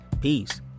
peace